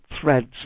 threads